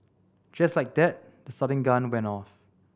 just like that the starting gun went off